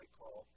call